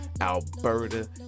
Alberta